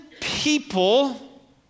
people